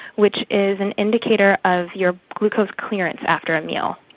which is an indicator of your glucose clearance after a meal.